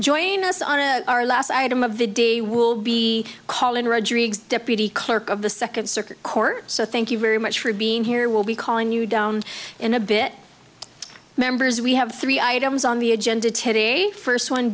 joining us on a our last item of the day we'll be calling rodriguez deputy clerk of the second circuit court so thank you very much for being here we'll be calling you down in a bit members we have three items on the agenda today first one